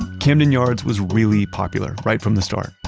camden yards was really popular right from the start.